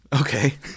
Okay